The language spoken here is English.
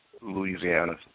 Louisiana